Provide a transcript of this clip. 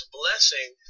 blessing